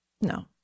no